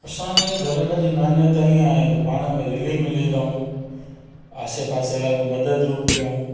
असांजे धर्म जी मान्यता हीअं आहे त पाण में रिली मिली रहूं आसे पासे वारे खे मदद रूप थियूं